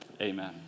Amen